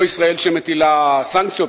לא ישראל שמטילה סנקציות,